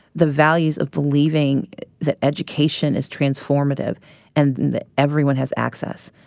the values of believing that education is transformative and that everyone has access.